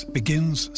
begins